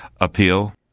appeal